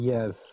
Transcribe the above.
Yes